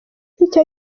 icyo